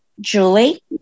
Julie